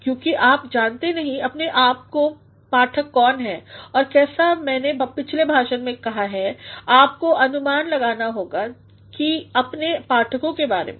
क्योंकि आप जानते नहीं आपके पाठक कौन हैं और कैसा मैने पिछले भाषण में कहा आपको अनुमान लगाना होता है अपने पाठकों के बारे में